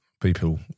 people